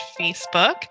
Facebook